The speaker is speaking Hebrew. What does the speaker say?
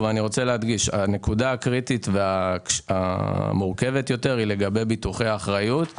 הנקודה הקריטית והמורכבת ביותר היא לגבי ביטוחי אחריות,